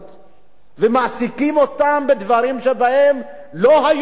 ומעסיקים אותם בדברים שבהם לא היו רוצים לעסוק,